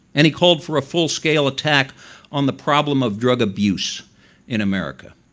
and he called for a full scale attack on the problem of drug abuse in america.